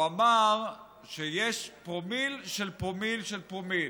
הוא אמר שיש פרומיל של פרומיל של פרומיל.